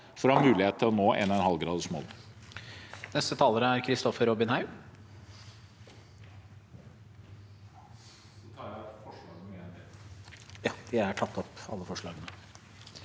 for å ha mulighet til å nå 1,5-gradersmålet.